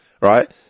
right